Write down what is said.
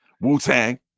Wu-Tang